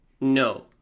No